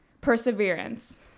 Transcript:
perseverance